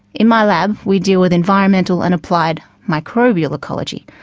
in my lab, we deal with environmental and applied microbial ecology.